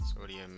sodium